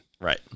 Right